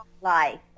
life